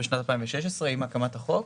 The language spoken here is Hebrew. הוקמה בשנת 2016 עם חקיקת החוק.